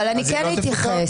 אז היא לא תפוטר?